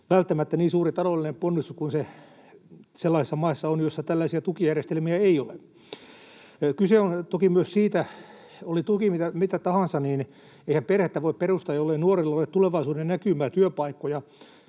välttämättä niin suuri taloudellinen ponnistus kuin se on sellaisissa maissa, joissa tällaisia tukijärjestelmiä ei ole. Kyse on toki myös siitä, oli tuki mitä tahansa, että eihän perhettä voi perustaa, jollei nuorilla ole tulevaisuudennäkymää, työpaikkoja,